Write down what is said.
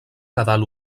nadal